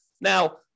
Now